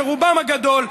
שרובם הגדול,